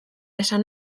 esan